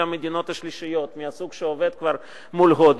המדינות השלישיות מהסוג שעובד כבר מול הודו,